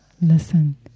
listen